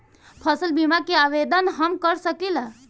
फसल बीमा के आवेदन हम कर सकिला?